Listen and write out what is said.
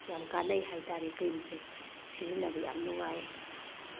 ꯌꯝ ꯀꯥꯟꯅꯩ ꯍꯥꯏꯇꯥꯔꯦ ꯀ꯭ꯔꯤꯝꯁꯦ ꯁꯤꯖꯤꯟꯅꯕ ꯌꯥꯝ ꯅꯨꯡꯉꯥꯏ